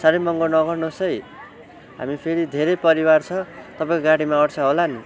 साह्रै महँगो नगर्नुहोस् है हामी फेरि धेरै परिवार छ तपाईँको गाडीमा अट्छ होला नि